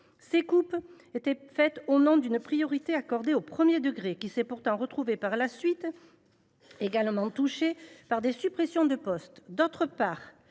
Ces coupes ont été faites au nom d’une priorité accordée au premier degré, qui s’est pourtant retrouvé par la suite également touché par des suppressions de postes.